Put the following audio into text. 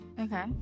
Okay